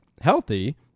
healthy